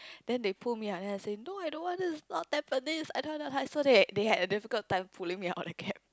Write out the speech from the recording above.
then they pull me out then I say no I don't want this is not Tampines I don't want don't want so they had a difficult time pulling me out of a cab